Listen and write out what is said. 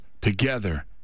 together